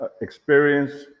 experience